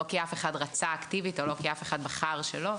לא כי אף אחד לא רצה אקטיבית ולא כי אף אחד בחר שלא,